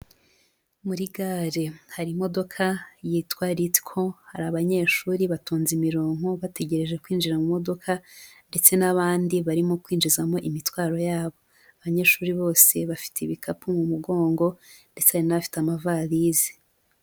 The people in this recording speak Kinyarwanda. Muri gare hari imodoka yitwa ritiko hari abanyeshuri batonze imironko bategereje kwinjira mu modoka, ndetse n'abandi barimo kwinjizamo imitwaro yabo. Abanyeshuri bose bafite ibikapu mu mugongo, ndetse hari n'abafite amavarizi.